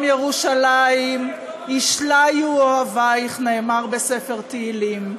ירושלים ישליו אוהביך", נאמר בספר תהילים.